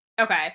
Okay